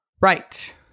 Right